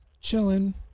chilling